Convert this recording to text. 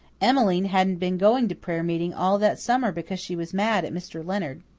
emmeline hadn't been going to prayer meeting all that summer because she was mad at mr. leonard.